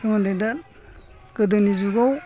सोमोन्दै दा गोदोनि जुगाव